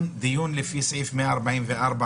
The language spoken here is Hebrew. אני אומר עוד פעם,